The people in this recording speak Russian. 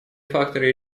факторы